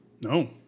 No